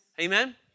Amen